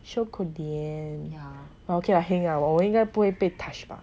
so 可怜 but okay lah heng lah 我应该不会被 touch 到